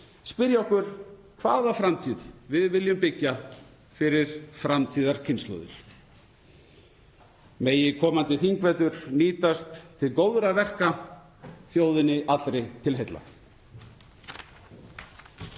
spyrja okkur hvaða framtíð við viljum byggja fyrir framtíðarkynslóðir. Megi komandi þingvetur nýtast til góðra verka þjóðinni allri til heilla.